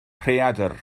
rhaeadr